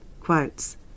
Quotes